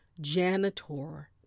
janitor